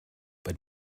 but